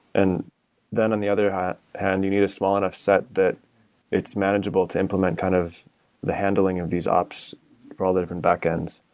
and then on the other hand hand you need a small enough of set that it's manageable to implement kind of the handling of these ops for all the different back-ends.